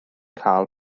cael